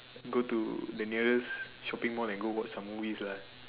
and go to the nearest shopping Mall and go watch some movies lah